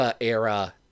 era